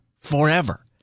forever